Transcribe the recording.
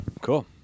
Cool